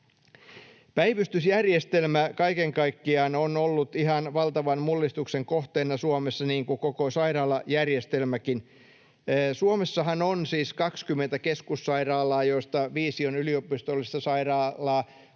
Päivystysjärjestelmä kaiken kaikkiaan on ollut ihan valtavan mullistuksen kohteena Suomessa, niin kuin koko sairaalajärjestelmäkin. Suomessahan on siis 20 keskussairaalaa, joista viisi on yliopistollista sairaalaa.